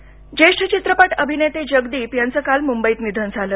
जगदीप निधन ज्येष्ठ चित्रपट अभिनेते जगदीप यांचं काल मुंबईत निधन झालं